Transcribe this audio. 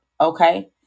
Okay